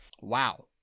Wow